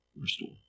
restore